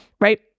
Right